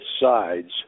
sides